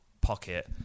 pocket